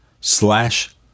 slash